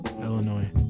Illinois